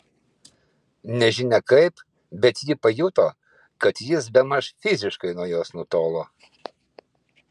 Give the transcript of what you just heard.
nežinia kaip bet ji pajuto kad jis bemaž fiziškai nuo jos nutolo